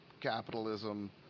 capitalism